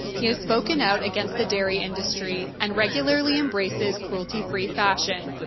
he has spoken out against the dairy industry and regularly embraces cruelty-free fashion.